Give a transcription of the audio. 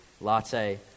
latte